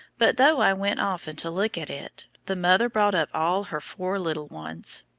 but though i went often to look at it, the mother brought up all her four little ones.